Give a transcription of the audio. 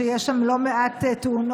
שיש שם לא מעט תאונות.